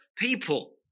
People